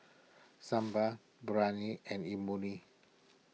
Sambar Biryani and Imoni